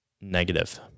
negative